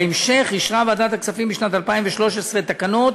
בהמשך אישרה ועדת הכספים, בשנת 2013, תקנות